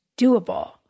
doable